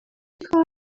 کار